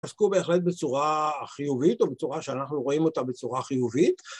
עסקו בהחלט בצורה חיובית, או בצורה שאנחנו רואים אותה בצורה חיובית.